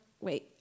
wait